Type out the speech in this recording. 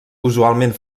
usualment